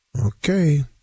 Okay